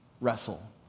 wrestle